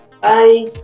bye